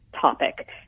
topic